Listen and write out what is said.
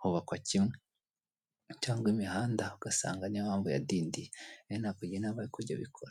hubakwa kimwe cyangwa imihanda ugasanga ni yo mpamvu yadindiye. Rero nakugira inama yo kujya ubikora.